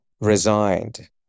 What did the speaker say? resigned